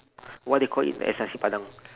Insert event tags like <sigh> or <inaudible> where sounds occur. <breath> what they call it as nasi padang